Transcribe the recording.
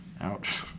Ouch